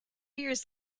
years